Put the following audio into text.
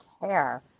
care